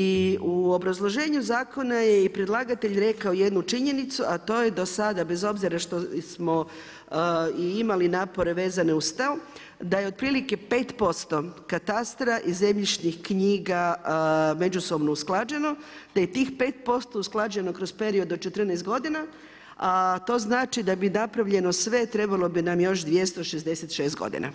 I u obrazloženju zakona je i predlagatelj rekao jednu činjenicu, a to je do sada bez obzira što smo i imali napore vezane uz to da je otprilike 5% katastra i zemljišnih knjiga međusobno usklađeno te je tih 5% usklađeno kroz period od 14 godina, a to znači da bi bilo napravljeno sve trebalo bi nam još 266 godina,